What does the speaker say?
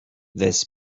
this